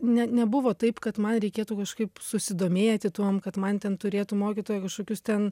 ne nebuvo taip kad man reikėtų kažkaip susidomėti tuom kad man ten turėtų mokytoja kažkokius ten